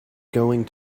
going